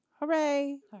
hooray